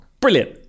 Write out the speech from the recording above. brilliant